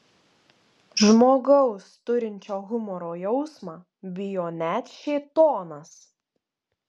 žmogaus turinčio humoro jausmą bijo net šėtonas